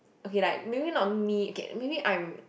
okay like maybe not me maybe I'm